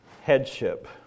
headship